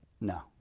No